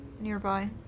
nearby